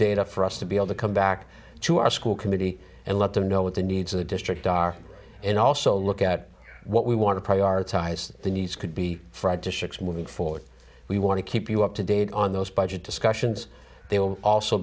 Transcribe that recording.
data for us to be able to come back to our school committee and let them know what the needs of the district are and also look at what we want to prioritise the needs could be fred to ships moving forward we want to keep you up to date on those budget discussions they will also